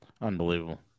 unbelievable